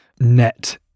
Net